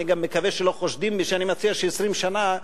אני גם מקווה שלא חושדים בי שאני מציע ש-20 שנה,